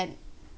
and